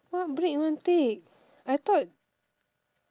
what break you want take I thought